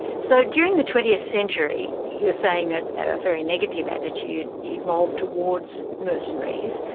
so during the twentieth century you're saying that a very negative attitude evolved towards mercenaries.